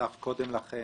אסף קודם לכן,